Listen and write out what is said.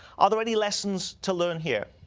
are there any lessons to learn here?